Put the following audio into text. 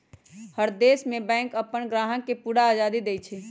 हर देश में बैंक अप्पन ग्राहक के पूरा आजादी देई छई